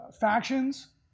factions